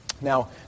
Now